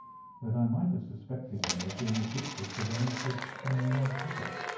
that i might have suspected him of being addicted to the use of some narcotic,